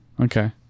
Okay